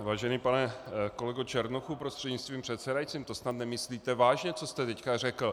Vážený pane kolego Černochu prostřednictvím předsedajícího, to snad nemyslíte vážně, co jste teď řekl?